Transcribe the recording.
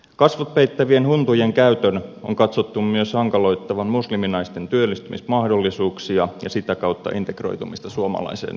kasvot peittävien huntujen käytön on katsottu myös hankaloittavan musliminaisten työllistymismahdollisuuksia ja sitä kautta integroitumista suomalaiseen yhteiskuntaan